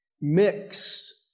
mixed